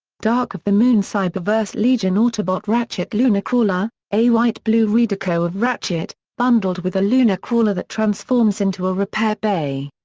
dark of the moon cyberverse legion autobot ratchet lunar crawler a white blue redeco of ratchet, bundled with a lunar crawler that transforms into a repair bay.